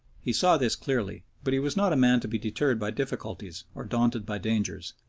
he saw this clearly, but he was not a man to be deterred by difficulties, or daunted by dangers.